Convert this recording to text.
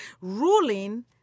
ruling